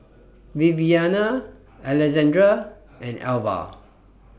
Viviana Alessandra and Alvah